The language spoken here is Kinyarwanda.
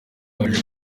baje